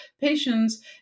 patients